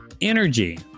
Energy